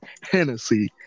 Hennessy